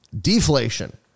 Deflation